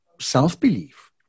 self-belief